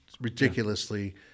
ridiculously